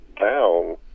down